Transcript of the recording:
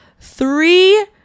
three